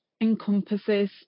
encompasses